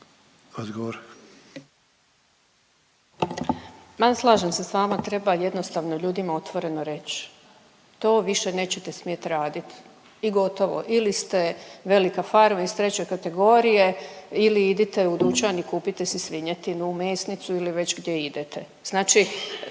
Ma slažem se sa vama, treba jednostavno ljudima otvoreno reći. To više nećete smjeti raditi i gotovo. Ili ste velika farma iz treće kategorije ili idite u dućan i kupite si svinjetinu, u mesnicu ili već gdje idete. Znači